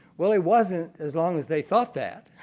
well, he wasn't, as long as they thought that,